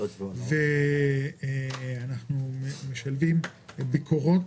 אנחנו משלבים ביקורות